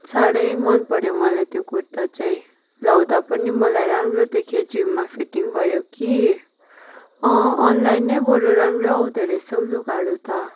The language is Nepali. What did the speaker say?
साह्रै मनपऱ्यो मलाई त्यो कुर्ता चाहिँ लगाउँदा पनि मलाई राम्रो देख्यो जिउमा फिटिङ भयो कि अँ अनलाइन नै बरु राम्रै आउँदा रहेछ हौ लुगाहरू त